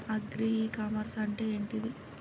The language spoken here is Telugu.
అగ్రి ఇ కామర్స్ అంటే ఏంటిది?